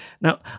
Now